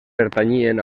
pertanyien